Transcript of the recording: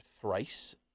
thrice